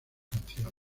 canciones